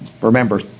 remember